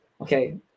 okay